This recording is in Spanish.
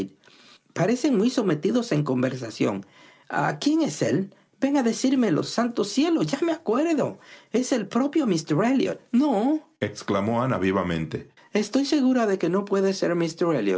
parecen muy metidos en conversación quién es él ven a decírmelo santo cielo ya me acuerdo es el propio míster elliot noexclamó ana vivamente estoy segura de que no puede ser